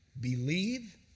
believe